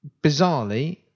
bizarrely